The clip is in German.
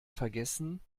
vergessen